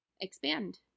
expand